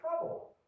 trouble